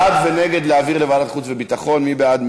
בעד ונגד להעביר לוועדת חוץ וביטחון, מי בעד?